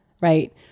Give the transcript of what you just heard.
right